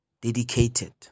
dedicated